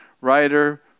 writer